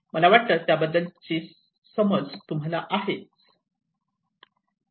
मला वाटतं त्याबद्दलची तुम्हाला समज आहे